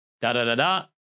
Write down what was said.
Da-da-da-da